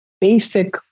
basic